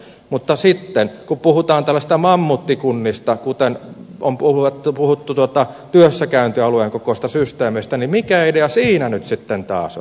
mutta sitten kun puhutaan tällaisista mammuttikunnista kuten on puhuttu työssäkäyntialueen kokoisista systeemeistä niin mikä idea siinä nyt sitten taas on